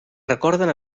recorden